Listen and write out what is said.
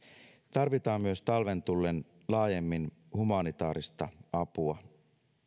tarvitaan myös talven tullen laajemmin humanitaarista apua